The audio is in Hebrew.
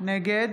נגד